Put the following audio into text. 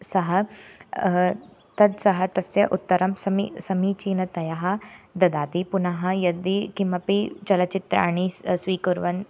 सः तद् सः तस्य उत्तरं समि समीचीनतया ददाति पुनः यदि किमपि चलच्चित्राणि स् स्वीकुर्वन्